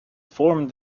formed